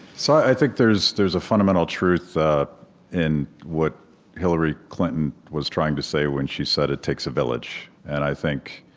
so i think there's there's a fundamental truth in what hillary clinton was trying to say when she said it takes a village. and i think